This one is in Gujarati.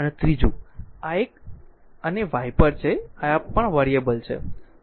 અને ત્રીજું આ એક અને વાઇપર છે આ એક પણ વેરિયેબલ છે